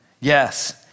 Yes